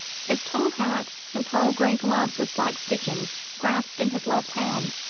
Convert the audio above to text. his tall hat and pearl-grey gloves with black stitchings grasped in his left hand,